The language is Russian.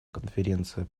конференции